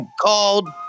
called